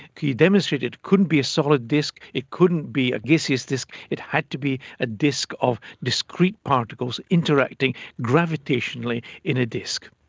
he demonstrated it couldn't be a solid disc, it couldn't be a gaseous disc, it had to be a disc of discrete particles interacting gravitationally in a disc.